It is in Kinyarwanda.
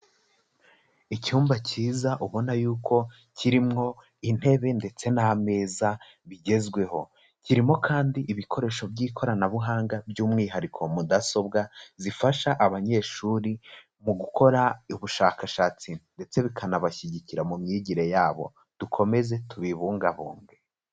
Icyumba cyiza ubona yuko kirimwo intebe ndetse n'ameza bigezweho, kirimo kandi ibikoresho by'ikoranabuhanga by'umwihariko Mudasobwa zifasha abanyeshuri mu gukora ubushakashatsi, ndetse bikanabashyigikira mu myigire yabo, dukomeze tubibungabunge.